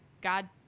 God